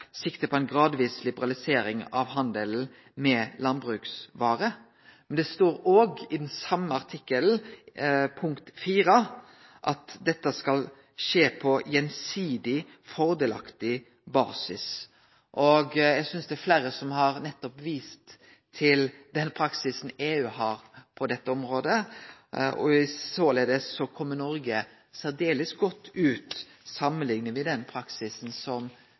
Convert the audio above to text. på en gradvis liberalisering av handelen med landbruksvarer». Men det står òg i den same artikkelen, punkt 4, at «dette skal skje på gjensidig fordelaktig basis». Eg synest det er fleire som nettopp har vist til den praksisen EU har på dette området, og såleis kjem Noreg særdeles godt ut dersom me samanliknar den praksisen som